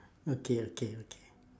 okay okay okay